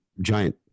giant